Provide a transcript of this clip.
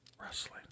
Wrestling